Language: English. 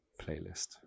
playlist